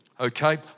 Okay